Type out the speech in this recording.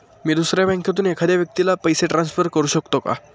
मी दुसऱ्या बँकेतून एखाद्या व्यक्ती ला पैसे ट्रान्सफर करु शकतो का?